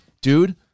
Dude